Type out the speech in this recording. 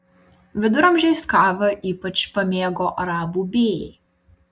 viduramžiais kavą ypač pamėgo arabų bėjai